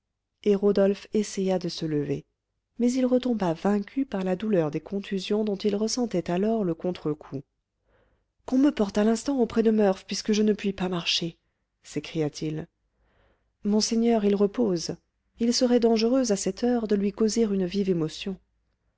et rodolphe essaya de se lever mais il retomba vaincu par la douleur des contusions dont il ressentait alors le contrecoup qu'on me porte à l'instant auprès de murph puisque je ne puis pas marcher s'écria-t-il monseigneur il repose il serait dangereux à cette heure de lui causer une vive émotion